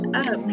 up